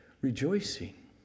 rejoicing